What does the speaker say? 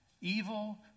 Evil